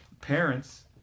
parents